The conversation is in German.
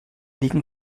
liegen